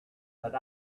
but